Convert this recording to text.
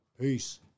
Peace